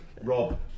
Rob